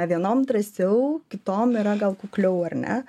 vienom drąsiau kitom yra gal kukliau ar ne